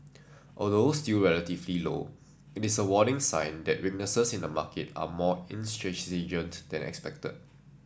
although still relatively low it is a warning sign that weaknesses in the market are more intransigent than expected